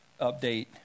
update